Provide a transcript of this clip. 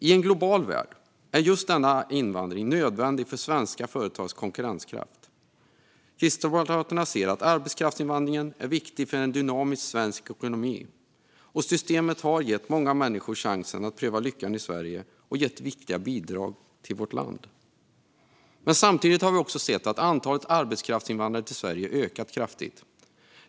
I en global värld är just denna invandring nödvändig för svenska företags konkurrenskraft. Kristdemokraterna ser att arbetskraftsinvandringen är viktig för en dynamisk svensk ekonomi. Systemet har gett många människor chansen att pröva lyckan i Sverige och gett viktiga bidrag till vårt land. Samtidigt har vi också sett att antalet arbetskraftsinvandrare som kommer till Sverige ökat kraftigt.